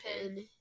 pin